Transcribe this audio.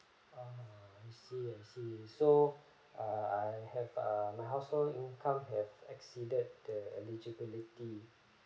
ah I see I see so ah I have err my household income have exceeded the eligibility